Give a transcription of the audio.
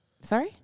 Sorry